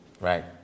Right